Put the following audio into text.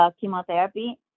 chemotherapy